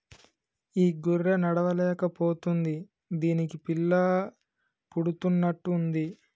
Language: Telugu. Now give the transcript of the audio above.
ఈ గొర్రె నడవలేక పోతుంది దీనికి పిల్ల పుడుతున్నట్టు ఉంది